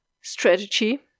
strategy